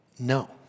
No